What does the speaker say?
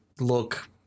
look